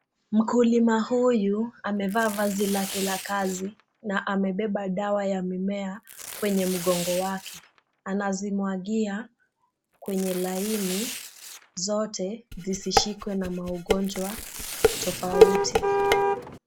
Mkulima huyu amevaa vazi lake la kazi na amebeba dawa ya mimea kwenye mgongo wake. Anazimwagia kwenye laini zote zisishikwe na maugonjwa tofauti.